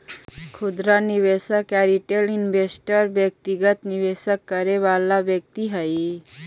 खुदरा निवेशक या रिटेल इन्वेस्टर व्यक्तिगत निवेश करे वाला व्यक्ति हइ